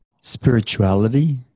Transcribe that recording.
spirituality